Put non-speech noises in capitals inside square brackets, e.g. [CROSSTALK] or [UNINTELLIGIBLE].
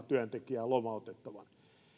[UNINTELLIGIBLE] työntekijää